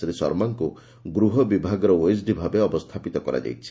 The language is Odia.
ଶ୍ରୀ ଶର୍ମାଙ୍କୁ ଗୃହ ବିଭାଗର ଓଏସ୍ଡି ଭାବେ ଅବସ୍ରାପିତ କରାଯାଇଛି